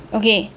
okay